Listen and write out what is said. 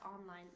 online